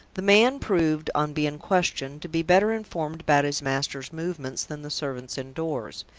the man proved, on being questioned, to be better informed about his master's movements than the servants indoors.